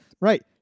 right